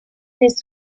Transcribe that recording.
des